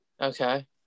Okay